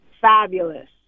fabulous